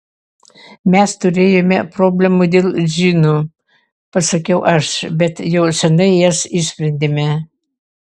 mes turėjome problemų dėl džinų pasakiau aš bet jau seniai jas išsprendėme